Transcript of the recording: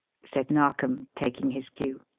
said narkom, taking his cue.